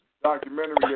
documentary